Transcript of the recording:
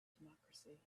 democracy